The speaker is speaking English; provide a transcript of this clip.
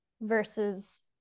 versus